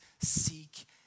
seek